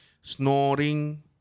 snoring